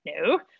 no